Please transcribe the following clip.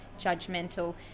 judgmental